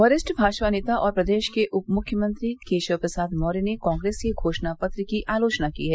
वरिष्ठ भाजपा नेता और प्रदेश के उप मुख्यमंत्री केशव प्रसाद मौर्य ने कांग्रेस के घोषणा पत्र की आलोचना की है